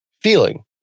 feeling